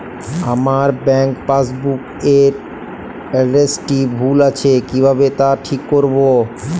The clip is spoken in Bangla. আমার ব্যাঙ্ক পাসবুক এর এড্রেসটি ভুল আছে কিভাবে তা ঠিক করবো?